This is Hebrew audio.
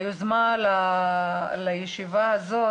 היוזמה לישיבה הזאת,